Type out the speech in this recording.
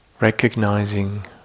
Recognizing